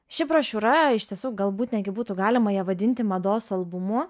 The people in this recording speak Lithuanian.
ši brošiūra iš tiesų galbūt netgi būtų galima ją vadinti mados albumu